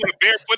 barefoot